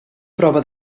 prova